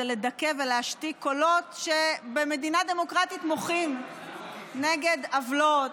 לדכא ולהשתיק קולות שבמדינה דמוקרטית מוחים נגד עוולות,